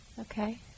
Okay